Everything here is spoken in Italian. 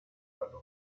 valore